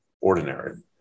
ordinary